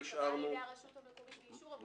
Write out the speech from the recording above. על ידי הרשות המקומית באישור הוועדה.